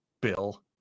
Bill